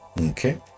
Okay